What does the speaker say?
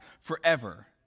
forever